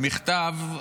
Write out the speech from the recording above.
מכתב,